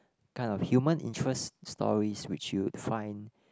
kind of human interest stories which you would find